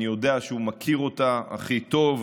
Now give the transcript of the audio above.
אני יודע שהוא מכיר אותה הכי טוב,